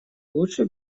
лучше